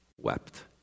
wept